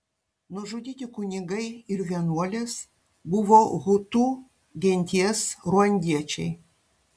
nužudyti kunigai ir vienuolės buvo hutu genties ruandiečiai